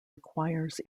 requires